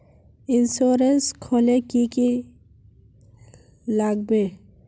Insurance खोले की की लगाबे?